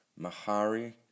Mahari